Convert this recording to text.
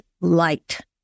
light